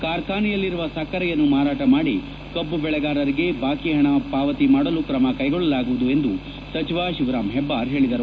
ಕಾರ್ಖಾನೆಯಲ್ಲಿರುವ ಸಕ್ಕರೆಯನ್ನು ಮಾರಾಟ ಮಾಡಿ ಕಬ್ಬು ಬೆಳೆಗಾರರಿಗೆ ಬಾಕಿ ಹಣವನ್ನು ಪಾವತಿ ಮಾಡಲು ಕ್ರಮ ಕೈಗೊಳ್ಳಲಾಗುವುದು ಎಂದು ಸಚವ ಶಿವರಾಂ ಹೆಬ್ಬಾರ್ ಹೇಳದರು